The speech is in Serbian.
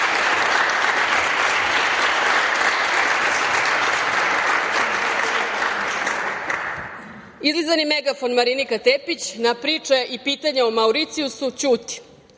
izlizani megafon Marinika Tepić na priče i pitanja o Mauricijusu ćuti.